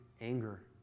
anger